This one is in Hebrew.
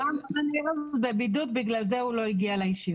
רם, רן ארז בבידוד, בגלל זה הוא לא הגיע לישיבה.